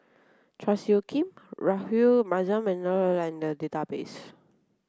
Chua Soo Khim Rahayu Mahzam and Neil are in the database